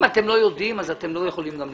אם אתם לא יודעים, אז אתם לא יכולים גם לטפל.